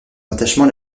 attachement